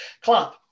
clap